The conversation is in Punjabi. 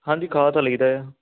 ਹਾਂਜੀ ਖਾ ਤਾਂ ਲਈ ਦਾ ਆ